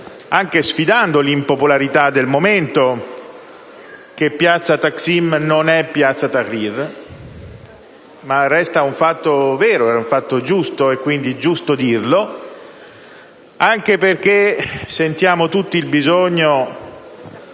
anche sfidando la impopolarità del momento, che piazza Taksim non è piazza Tahrir, ma resta un fatto vero e giusto, ed è quindi giusto dirlo, anche perché sentiamo tutti il bisogno,